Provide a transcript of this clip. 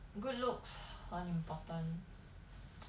good looks 很 important